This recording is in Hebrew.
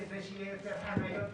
כדי שיהיו יותר חניות לציבור,